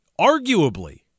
arguably